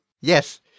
Yes